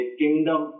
kingdom